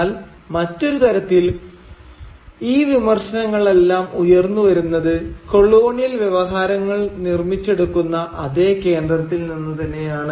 എന്നാൽ മറ്റൊരു തരത്തിൽ ഈ വിമർശനങ്ങൾ എല്ലാം ഉയർന്നുവരുന്നത് കൊളോണിയൽ വ്യവഹാരങ്ങൾ നിർമ്മിച്ചെടുക്കുന്ന അതേ കേന്ദ്രത്തിൽ നിന്ന് തന്നെയാണ്